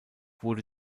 wurde